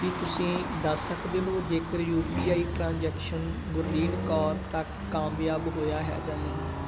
ਕੀ ਤੁਸੀਂ ਦੱਸ ਸਕਦੇ ਹੋ ਜੇਕਰ U P I transaction Gurleen Kaur ਤੱਕ ਕਾਮਯਾਬ ਹੋਇਆ ਹੈ ਜਾਂ ਨਹੀਂ